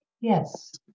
Yes